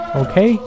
okay